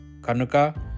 Kanuka